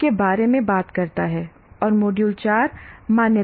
के बारे में बात करता है और मॉड्यूल 4 मान्यता